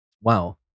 Wow